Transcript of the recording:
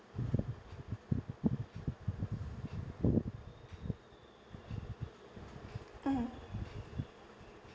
mm